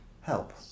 help